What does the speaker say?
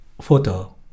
photo